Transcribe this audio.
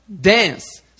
dance